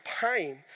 pain